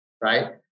right